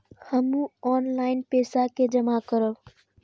हमू ऑनलाईनपेसा के जमा करब?